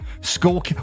school